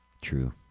True